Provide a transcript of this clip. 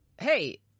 Hey